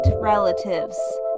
relatives